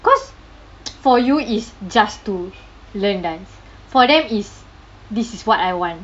because for you is just to learn dance for them is this is what I want